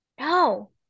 No